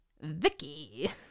Vicky